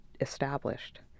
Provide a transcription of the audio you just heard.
established